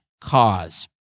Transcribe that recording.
cause